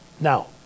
Now